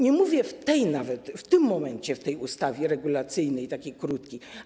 Nie mówię, że nawet w tym momencie w tej ustawie regulacyjnej, takiej krótkiej.